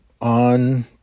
on